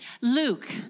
Luke